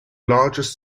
largest